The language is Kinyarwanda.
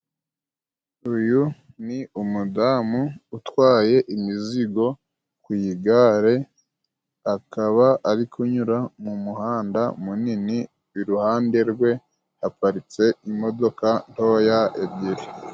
Uyu ni umudamu utwaye imizigo ku igare akaba ari kunyura mu muhanda munini iruhande rwe haparitse imodoka ntoya ebyiri.